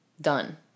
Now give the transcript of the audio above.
Done